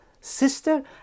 sister